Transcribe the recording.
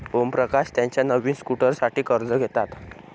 ओमप्रकाश त्याच्या नवीन स्कूटरसाठी कर्ज घेतात